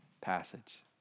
passage